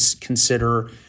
consider